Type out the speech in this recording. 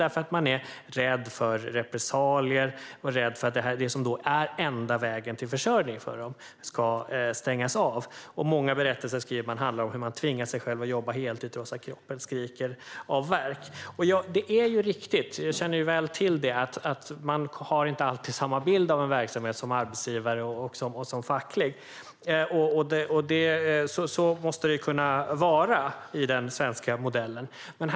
De är nämligen rädda för repressalier och för att det som är deras enda väg till försörjning ska stängas av. Man skriver också att många berättelser handlar om att människor tvingar sig att jobba heltid trots att kroppen skriker av värk. Det är ju riktigt - jag känner väl till det - att arbetsgivare och facklig part inte alltid har samma bild av en verksamhet, och så måste det ju kunna vara i den svenska modellen.